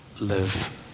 live